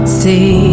see